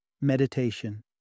meditation